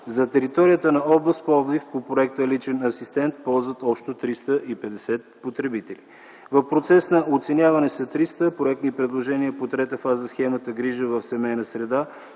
За територията на област Пловдив по Проекта „Личен асистент” ползват общо 350 потребители. В процес на оценяване са 300 проектни предложения по трета фаза – схемата „Грижи в семейна среда”.